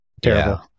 terrible